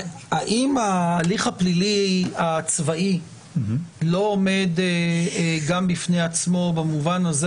האם ההליך הפלילי הצבאי לא עומד גם בפני עצמו במובן הזה